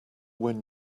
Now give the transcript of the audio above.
when